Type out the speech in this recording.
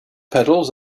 pedals